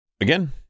again